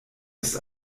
ist